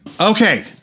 Okay